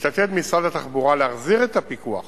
מתעתד משרד התחבורה להחזיר את הפיקוח